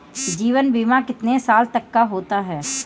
जीवन बीमा कितने साल तक का होता है?